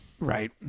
Right